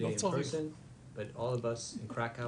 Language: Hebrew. (הקרנת וידאו)